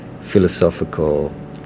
philosophical